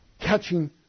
catching